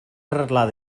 arreglada